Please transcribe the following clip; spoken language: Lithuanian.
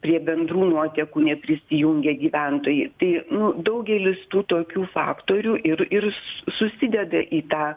prie bendrų nuotekų neprisijungia gyventojai tai nu daugelis tų tokių faktorių ir ir su susideda į tą